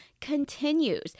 continues